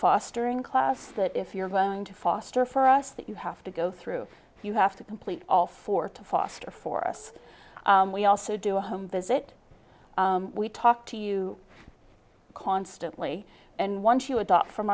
fostering class that if you're going to foster for us that you have to go through you have to complete all four to foster for us we also do a home visit we talk to you constantly and once you adopt from